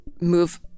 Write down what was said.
move